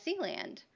Sealand